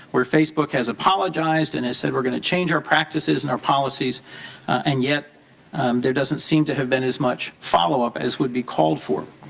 where facebook has apologized and has said we're going to change our practices and policies and yet there doesn't seem to have been as much follow up as would be called for.